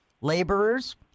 laborers